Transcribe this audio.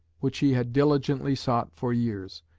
which he had diligently sought for years.